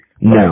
no